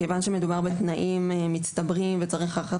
מכיוון שמדובר בתנאים מצטברים וצריך הערכת